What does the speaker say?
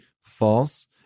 false